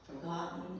forgotten